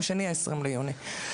יום שני ה-20 ביוני.